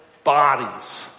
Bodies